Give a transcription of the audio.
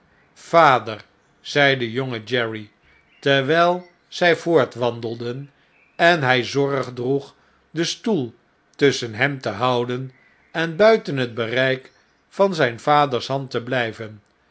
vader zei de jonge jerry terwjjl zj voortwandelden en hij zorg droeg den stoel tusschen hem te houden en buiten het bereik van zp vaders hand te blijven